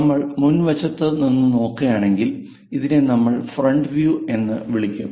നമ്മൾ മുൻവശത്ത് നിന്ന് നോക്കുകയാണെങ്കിൽ ഇതിനെ നമ്മൾ ഫ്രണ്ട് വ്യൂ എന്ന് വിളിക്കും